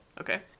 Okay